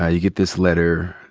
ah you get this letter,